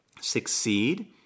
succeed